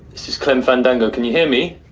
it's just clean fandango. can you hear me?